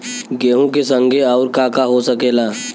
गेहूँ के संगे आऊर का का हो सकेला?